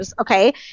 Okay